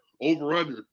Over-under